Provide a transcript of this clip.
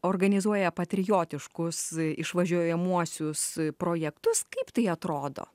organizuoja patriotiškus išvažiuojamuosius projektus kaip tai atrodo